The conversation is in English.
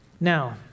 Now